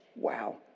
wow